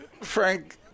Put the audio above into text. Frank